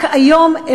רק היום,